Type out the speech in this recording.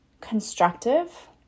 constructive